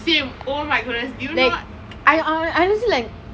same oh my goodness did you know I